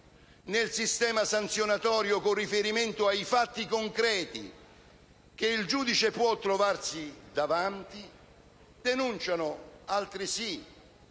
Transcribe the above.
nel sistema sanzionatorio, con riferimento ai fatti concreti che il giudice può trovarsi davanti e denunciano altresì